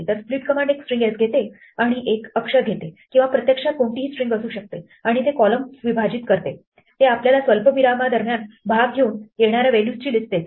तर split command एक string s घेते आणि एक अक्षर घेते किंवा प्रत्यक्षात कोणतीही स्ट्रिंग असू शकते आणि ते कॉलम्स विभाजित करते जे आपल्याला स्वल्पविराम दरम्यान भाग घेऊन येणाऱ्या व्हॅल्यूजची लिस्ट देते